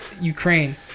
Ukraine